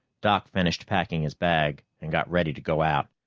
doc finished packing his bag and got ready to go out.